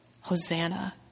Hosanna